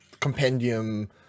compendium